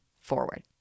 forward